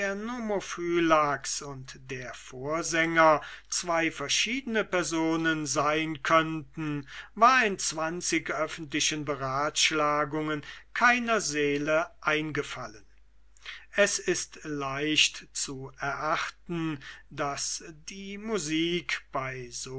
nomophylax und der vorsänger zwo verschiedene personen sein könnten war in zwanzig öffentlichen beratschlagungen keiner seele eingefallen es ist leicht zu erachten daß die musik bei